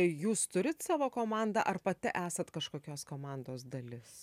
jūs turit savo komandą ar pati esat kažkokios komandos dalis